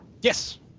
Yes